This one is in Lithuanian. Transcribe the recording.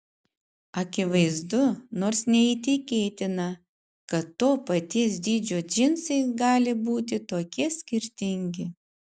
akivaizdu nors neįtikėtina kad to paties dydžio džinsai gali būti tokie skirtingi